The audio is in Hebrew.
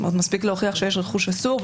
מספיק להוכיח שיש רכוש אסור,